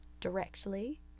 directly